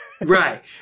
Right